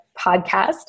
podcast